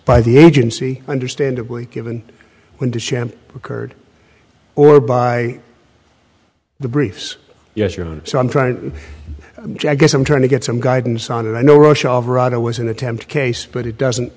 by the agency understandably given when the sham occurred or by the briefs yes your own so i'm trying to guess i'm trying to get some guidance on and i know rush alvarado was an attempt case but it doesn't